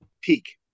peak